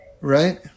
Right